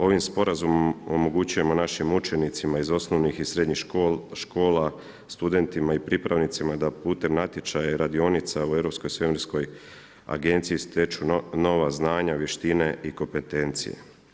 Ovim sporazumom omogućujemo našim učenicima iz osnovnih i srednjih škola, studentima i pripravnicima da putem natječaja i radionica u Europskoj svemirskoj agenciji stječu nova znanja, vještine i kompetencije.